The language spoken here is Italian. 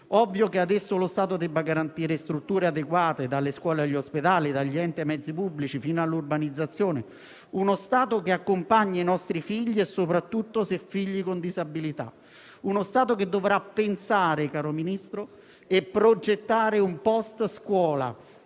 Ovvio che ad esso lo Stato debba garantire strutture adeguate, dalle scuole agli ospedali, dagli enti ai mezzi pubblici, fino all'urbanizzazione. Uno Stato che accompagna i nostri figli, soprattutto se con disabilità. Uno Stato che dovrà pensare e progettare, caro Ministro, un post-scuola